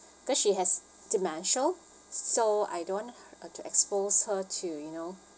cause she has dementia so I don't want h~ uh to expose her to you know